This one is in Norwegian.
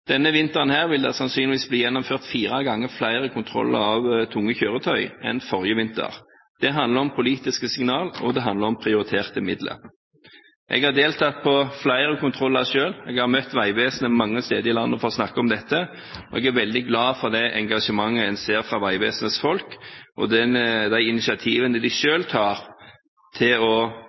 Denne vinteren vil det sannsynligvis bli gjennomført fire ganger flere kontroller av tunge kjøretøy enn forrige vinter. Det handler om politiske signaler, og det handler om prioriterte midler. Jeg har deltatt på flere kontroller selv, og jeg har møtt Vegvesenet mange steder i landet for å snakke om dette. Jeg er veldig glad for det engasjementet en ser fra Vegvesenets folk, og de initiativene de selv tar til å